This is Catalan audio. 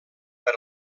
per